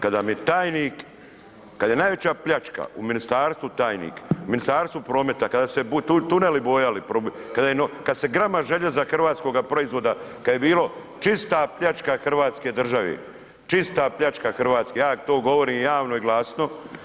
Kada mi tajnik, kada je najveća pljačka u ministarstvu, tajnik u Ministarstvu prometa kada su se tuneli bojali, kada se grama željeza hrvatskoga proizvoda, kad je bilo čista pljačka Hrvatske države, čista pljačka Hrvatske ja ti to govorim javno i glasno.